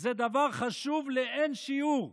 זה דבר חשוב לאין שיעור.